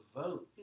vote